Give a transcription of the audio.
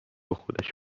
خودش